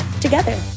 together